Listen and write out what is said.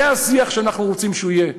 זה השיח שאנחנו רוצים שיהיה.